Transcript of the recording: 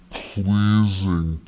pleasing